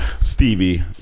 Stevie